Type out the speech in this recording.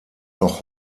noch